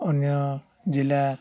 ଅନ୍ୟ ଜିଲ୍ଲା